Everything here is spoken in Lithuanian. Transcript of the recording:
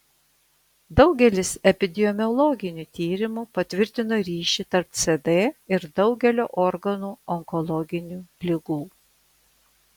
daugelis epidemiologinių tyrimų patvirtino ryšį tarp cd ir daugelio organų onkologinių ligų